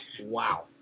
Wow